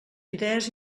idees